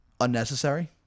unnecessary